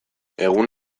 egun